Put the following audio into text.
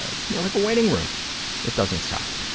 it's more like a waiting room that doesn't suck.